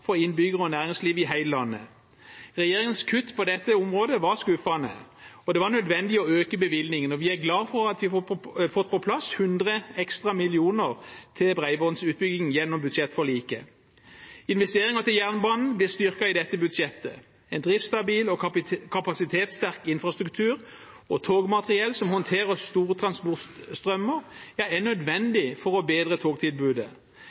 for innbyggere og næringsliv i hele landet. Regjeringens kutt på dette området var skuffende. Det var nødvendig å øke bevilgningen, og vi er glade for at vi har fått på plass 100 ekstra millioner til bredbåndsutbygging gjennom budsjettforliket. Investeringer til jernbanen blir styrket i dette budsjettet. En driftsstabil og kapasitetssterk infrastruktur og togmateriell som håndterer store transportstrømmer, er nødvendig for å bedre togtilbudet.